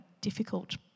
difficult